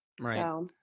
Right